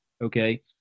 Okay